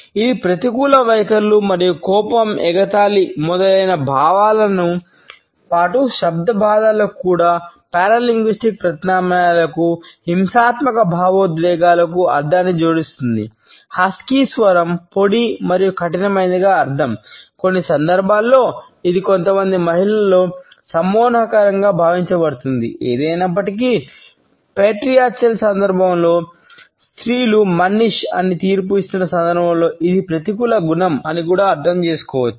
ఇది ప్రతికూల వైఖరులు మరియు కోపం ఎగతాళి మొదలైన భావనలతో పాటు శబ్ద భాషలకు లేదా పారాలింగ్విస్టిక్ అని తీర్పు ఇస్తున్న సందర్భంలో ఇది ప్రతికూల గుణం అని కూడా అర్థం చేసుకోవచ్చు